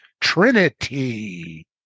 trinity